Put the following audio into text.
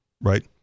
Right